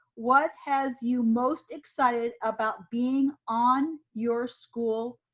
what has you most excited about being on your school,